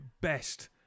best